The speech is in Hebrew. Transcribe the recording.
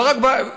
הוא לא רק פגיעה,